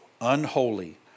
unholy